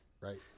right